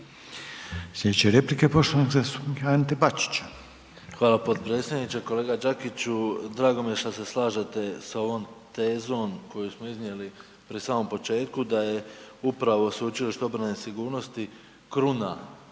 Sljedeća replika je poštovani zastupnika Ante Bačića. **Bačić, Ante (HDZ)** Hvala potpredsjedniče. Kolega Đakiću, drago mi je što se slažete sa ovom tezom koju smo iznijeli pri samom početku, da je upravo Sveučilište obrane i sigurnosti kruna